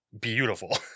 beautiful